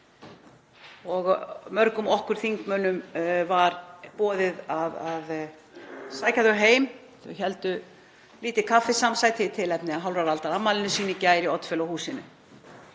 og mörgum okkur þingmönnum var boðið að sækja þau heim, þau héldu lítið kaffisamsæti í tilefni af hálfrar aldar afmæli sínu í gær í Oddfellow-húsinu.